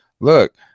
Look